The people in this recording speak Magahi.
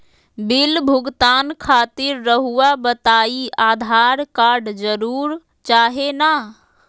बिल भुगतान खातिर रहुआ बताइं आधार कार्ड जरूर चाहे ना?